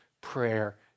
prayer